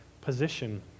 position